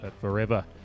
forever